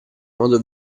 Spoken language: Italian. modo